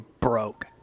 broke